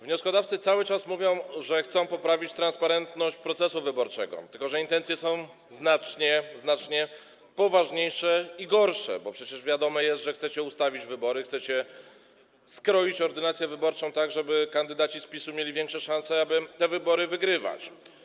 Wnioskodawcy cały czas mówią, że chcą poprawić transparentność procesu wyborczego, tylko że intencje są znacznie, znacznie poważniejsze i gorsze, bo przecież wiadome jest, że chcecie ustawić wybory, chcecie skroić ordynację wyborczą tak, żeby kandydaci z PiS-u mieli większe szanse, aby te wybory wygrywać.